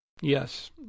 Yes